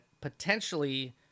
potentially